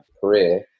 career